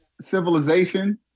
civilization